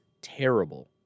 terrible